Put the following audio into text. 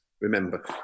remember